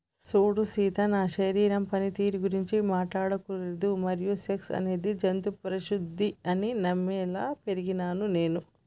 సూడు సీత నా శరీరం పనితీరు గురించి మాట్లాడకూడదు మరియు సెక్స్ అనేది జంతు ప్రవుద్ది అని నమ్మేలా పెరిగినాను నేను